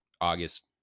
August